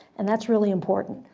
and that's really important.